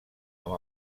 amb